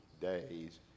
days